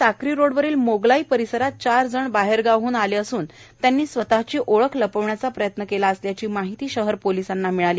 ध्ळे शहरातील साक्रीरोडवरील मोगलाई परिसरात चार जण बाहेरगावाहून आले असून त्यांनी स्वतःची ओळख लपवण्याचा प्रयत्न चालवला असल्याची माहिती शहर पोलिसांना आज सकाळी मिळाली